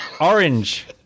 Orange